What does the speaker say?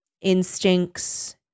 instincts